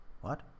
What